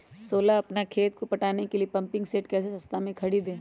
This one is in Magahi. सोलह अपना खेत को पटाने के लिए पम्पिंग सेट कैसे सस्ता मे खरीद सके?